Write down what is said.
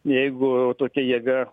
jeigu tokia jėga